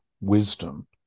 wisdom